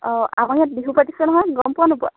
অ' আমাৰ ইয়াত বহু পাতিছে নহয় গম পোৱা নোপোৱা